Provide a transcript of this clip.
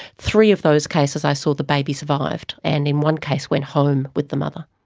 three of those cases i saw the baby survived and in one case went home with the mother.